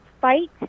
fight